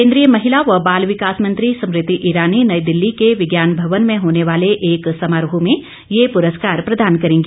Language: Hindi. केंद्रीय महिला व बाल विकास मंत्री स्मृति ईरानी नई दिल्ली के विज्ञान भवन में होने वाले एक समारोह में ये प्रस्कार प्रदान करेंगी